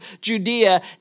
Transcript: Judea